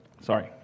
sorry